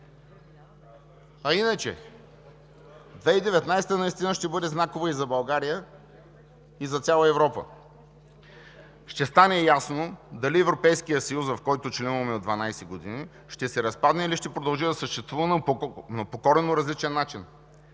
2019 г. ще бъде знакова и за България, и за цяла Европа. Ще стане ясно дали Европейският съюз, в който членуваме от 12 години, ще се разпадне, или ще продължи да съществува, но по коренно различен начин.